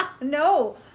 No